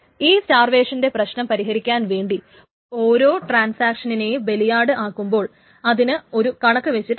ഈ സ്റ്റാർവേഷനിൻറെ പ്രശ്നം പരിഹരിക്കാൻ വേണ്ടി ഓരോ ട്രാൻസാക്ഷനിനേയും ബലിയാട് ആക്കുമ്പോൾ അതിന് ഒരു കണക്ക് വെച്ചിട്ടുണ്ട്